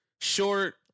short